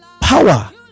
Power